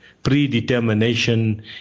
predetermination